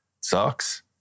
Sucks